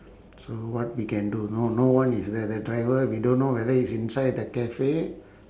so what we can do no no one is there the driver we don't know whether he's inside the cafe